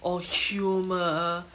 or humour